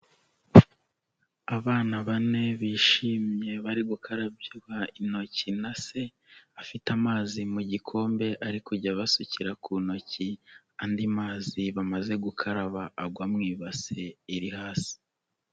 Abana bane bishimye bari gukarabywa intoki na se, afite amazi mu gikombe ari kujya abasukira ku ntoki andi mazi bamaze gukaraba agwa mu ibase iri hasi.